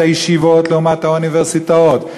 את הישיבות לעומת האוניברסיטאות,